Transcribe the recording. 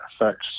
affects